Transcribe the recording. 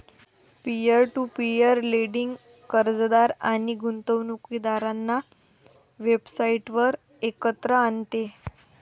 peer to peer lending कर्जदार आणि गुंतवणूकदारांना वेबसाइटवर एकत्र आणते